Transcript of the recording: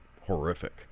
horrific